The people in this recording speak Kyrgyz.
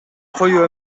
коюу